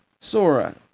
Sora